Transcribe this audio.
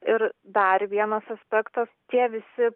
ir dar vienas aspektas tie visi